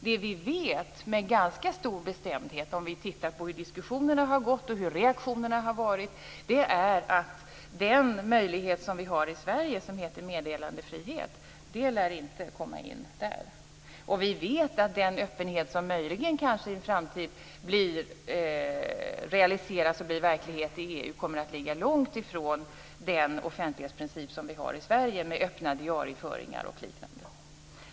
Det vi vet med ganska stor bestämdhet efter alla diskussioner och reaktioner är att den rättighet som vi har i Sverige och som benämns meddelarfrihet lär inte komma in i denna traktat. Och vi vet att den öppenhet som möjligen i framtiden realiseras och blir verklighet i EU kommer att ligga långt ifrån den offentlighetsprincip som vi har i Sverige med öppna diarieföringar och liknande.